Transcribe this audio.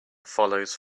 follows